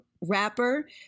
rapper